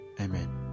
Amen